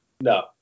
No